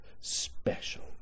special